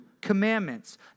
commandments